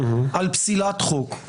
על פסילת חוק,